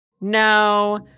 No